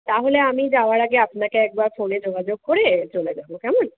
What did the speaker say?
তাহলে আমি যাওয়ার আগে আপনাকে একবার ফোনে যোগাযোগ করে চলে যাবো কেমন